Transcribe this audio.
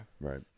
Right